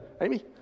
Amy